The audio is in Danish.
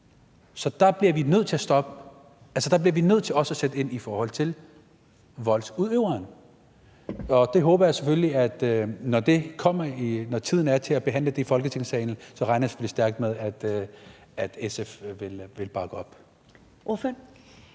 Vi bliver også nødt til at sætte ind i forhold til voldsudøveren. Når tiden er til at behandle det i Folketingssalen, regner vi stærkt med, at SF vil bakke op. Kl.